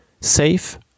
Save